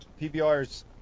PBRs